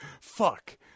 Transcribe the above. Fuck